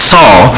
Saul